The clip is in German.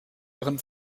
ihren